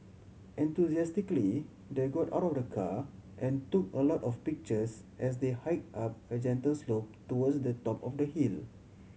enthusiastically they got out of the car and took a lot of pictures as they hike up a gentle slope towards the top of the hill